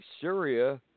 Syria